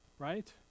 Right